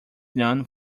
known